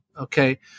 okay